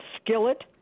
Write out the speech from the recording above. skillet